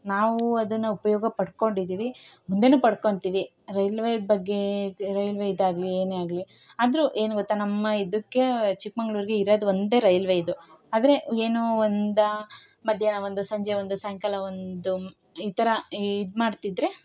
ನಾವು ಅದನ್ನು ಉಪಯೋಗ ಪಡ್ಕೊಂಡಿದ್ದೀವಿ ಮುಂದೆನೂ ಪಡ್ಕೊತೀವಿ ರೈಲ್ವೆ ಬಗ್ಗೆ ರೈಲ್ವೆ ಇದಾಗಲಿ ಏನೇ ಆಗಲಿ ಆದರೂ ಏನು ಗೊತ್ತ ನಮ್ಮ ಇದಕ್ಕೆ ಚಿಕ್ಮಂಗ್ಳೂರಿಗೆ ಇರೋದ್ ಒಂದೇ ರೈಲ್ವೆ ಇದು ಆದರೆ ಏನು ಒಂದು ಮಧ್ಯಾಹ್ನ ಒಂದು ಸಂಜೆ ಒಂದು ಸಾಯಂಕಾಲ ಒಂದು ಈ ಥರ ಇದು ಮಾಡ್ತಿದ್ದರೆ